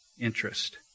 interest